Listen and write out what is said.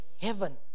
heaven